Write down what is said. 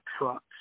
trucks